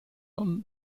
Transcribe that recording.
und